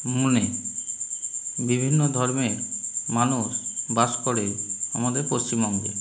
মানে বিভিন্ন ধর্মের মানুষ বাস করে আমাদের পশ্চিমবঙ্গে